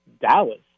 dallas